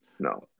No